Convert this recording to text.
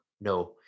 No